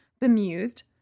bemused